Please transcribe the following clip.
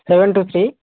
seven two three